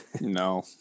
no